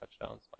touchdowns